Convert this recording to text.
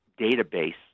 database